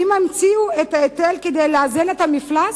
האם המציאו את ההיטל כדי לאזן את המפלס,